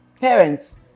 parents